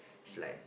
it's like